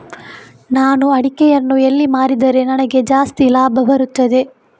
ನಾನು ಅಡಿಕೆಯನ್ನು ಎಲ್ಲಿ ಮಾರಿದರೆ ನನಗೆ ಜಾಸ್ತಿ ಲಾಭ ಬರುತ್ತದೆ?